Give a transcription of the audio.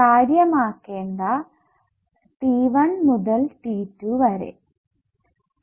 കാര്യമാക്കണ്ട t 1 മുതൽ t 2 വരെ